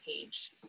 page